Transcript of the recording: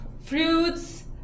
fruits